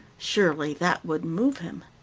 surely that would move him.